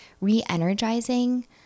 re-energizing